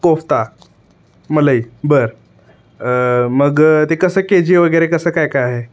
कोफ्ता मलई बरं मग ते कसं के जी वगैरे कसं काय काय आहे